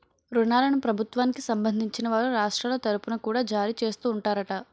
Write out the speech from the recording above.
ఋణాలను ప్రభుత్వానికి సంబంధించిన వారు రాష్ట్రాల తరుపున కూడా జారీ చేస్తూ ఉంటారట